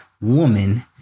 Woman